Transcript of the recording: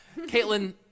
Caitlin